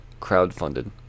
crowdfunded